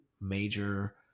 major